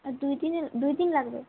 আর দুই দিনের দুই দিন লাগবে